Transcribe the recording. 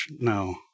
No